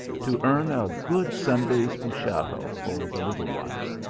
to earn a good sunday s puchero for the little ones.